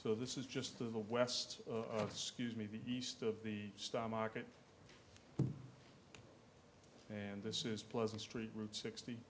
so this is just to the west of scuse me the east of the stock market and this is pleasant street route sixty